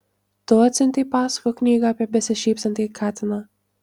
tu atsiuntei pasakų knygą apie besišypsantį katiną